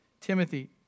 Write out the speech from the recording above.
Timothy